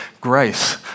grace